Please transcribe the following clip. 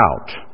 out